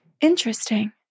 interesting